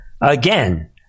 Again